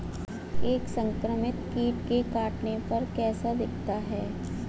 एक संक्रमित कीट के काटने पर कैसा दिखता है?